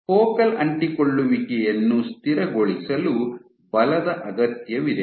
focal ಅಂಟಿಕೊಳ್ಳುವಿಕೆಯನ್ನು ಸ್ಥಿರಗೊಳಿಸಲು ಬಲದ ಅಗತ್ಯವಿದೆ